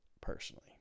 personally